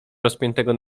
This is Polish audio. rozpiętego